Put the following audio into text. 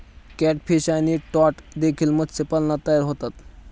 catfish आणि trout देखील मत्स्यपालनात तयार होतात